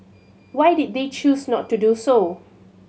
why did they choose not to do so